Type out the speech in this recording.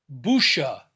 busha